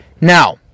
Now